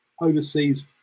overseas